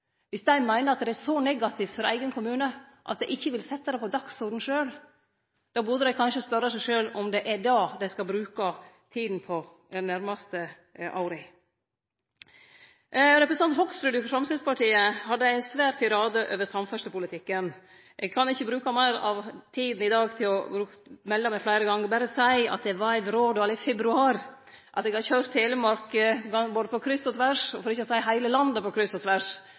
Viss dei meiner at det er så negativt for eigen kommune at dei ikkje vil setje det på dagsordenen sjølv, burde dei kanskje spørje seg sjølv om det er det dei skal bruke tida på dei næraste åra. Representanten Hoksrud frå Framstegspartiet hadde ein svær tirade om samferdslepolitikken. Eg kan ikkje bruke meir av tida i dag til å melde meg fleire gonger, men eg vil berre seie at eg var i Vrådal i februar. Eg har køyrt Telemark både på kryss og tvers – for ikkje å seie heile landet på kryss og tvers